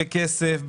בכסף,